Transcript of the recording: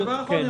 דבר אחרון,